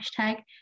hashtag